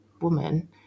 woman